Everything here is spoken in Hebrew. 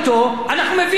כמו בני-אדם נורמלים,